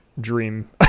dream